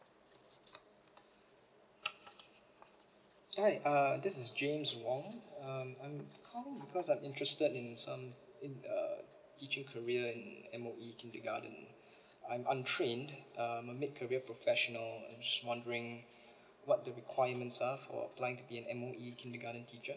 hi uh this is james wong um I'm calling because I'm interested in some in uh teaching career in M_O_E kindergarten I'm untrained uh I'm a mid career professional I'm just wondering what the requirements are for applying to be an M_O_E kindergarten teacher